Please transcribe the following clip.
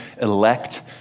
elect